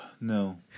no